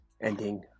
ending